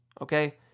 Okay